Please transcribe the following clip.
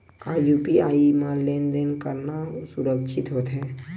का यू.पी.आई म लेन देन करना सुरक्षित होथे?